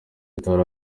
atari